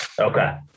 Okay